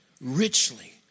richly